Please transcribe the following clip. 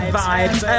vibes